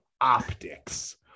optics